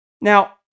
Now